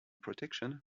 protections